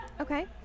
okay